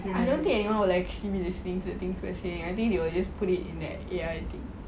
I don't think anyone will actually be listening to things we're saying I think they will is put it in that ya